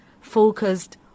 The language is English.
focused